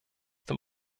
dem